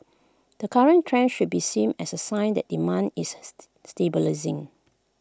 the current trend should be seen as A sign that demand is stabilising